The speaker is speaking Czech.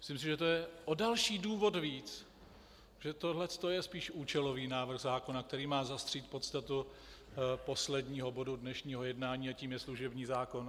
Myslím, že to je o další důvod víc, že tohle je spíš účelový návrh zákona, který mám zastřít podstatu posledního bodu dnešního jednání, a tím je služební zákon.